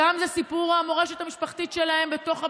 ואצל חלקן זה סיפור המורשת המשפחתית שלהן בתוך הבית.